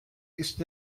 ist